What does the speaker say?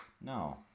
no